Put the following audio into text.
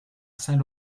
saint